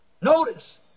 Notice